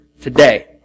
today